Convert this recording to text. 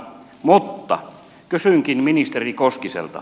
mutta kysynkin ministeri koskiselta